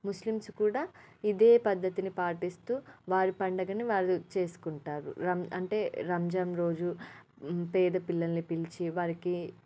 Muslims కూడా ఇదే పద్దతిని పాటిస్తూ వారి పండగను వారు చేసుకుంటారు రం అంటే రంజాన్ రోజు పేద పిల్లలని పిలిచి వారికి